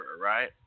right